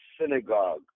synagogue